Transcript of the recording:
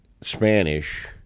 Spanish